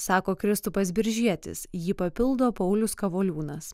sako kristupas biržietis jį papildo paulius kavoliūnas